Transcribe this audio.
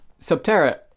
Subterra